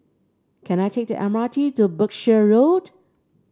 can I take the M R T to Berkshire Road